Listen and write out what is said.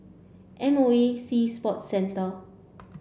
M O E Sea Sports Centre